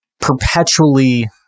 perpetually